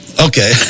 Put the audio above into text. Okay